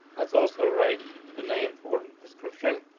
that's also write the name for description.